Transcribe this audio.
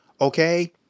Okay